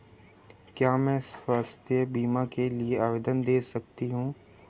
क्या मैं स्वास्थ्य बीमा के लिए आवेदन दे सकती हूँ?